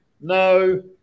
no